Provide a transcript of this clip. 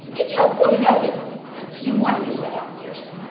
it's helpful to know that you want to use that application.